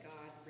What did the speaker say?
God